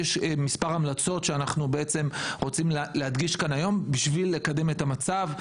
יש מספר המלצות שאנחנו רוצים להדגיש כאן היום בשביל לקדם את המצב.